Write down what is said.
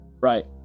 Right